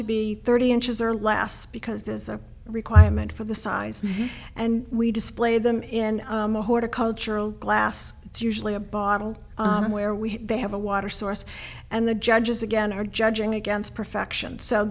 to be thirty inches or last because this is a requirement for the size and we display them in a horticultural glass it's usually a bottle where we have a water source and the judges again are judging against perfection so